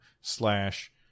slash